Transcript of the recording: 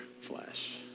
flesh